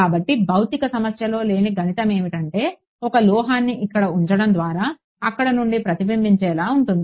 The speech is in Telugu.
కాబట్టి భౌతిక సమస్యలో లేని గణితమేమిటంటే ఒక లోహాన్ని ఇక్కడ ఉంచడం ద్వారా అక్కడ నుండి ప్రతిబింబించేలా ఉంటుంది